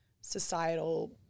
societal